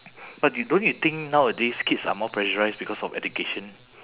but you don't you think nowadays kids are more pressurised because of education